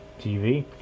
TV